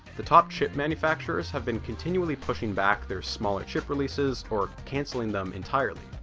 the top chip manufacturers have been continually pushing back their smaller chip releases or canceling them entirely.